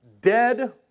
dead